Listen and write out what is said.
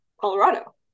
Colorado